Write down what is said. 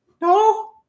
no